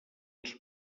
els